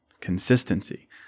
consistency